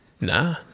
Nah